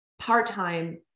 part-time